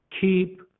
keep